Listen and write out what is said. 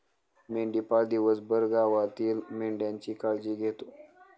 मेंढपाळ दिवसभर गावातील मेंढ्यांची काळजी घेतो